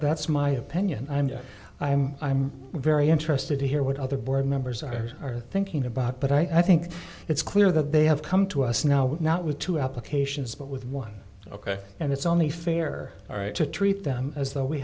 that's my opinion and i'm i'm i'm very interested to hear what other board members are are thinking about but i think it's clear that they have come to us now not with two applications but with one ok and it's only fair or right to treat them as though we